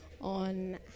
on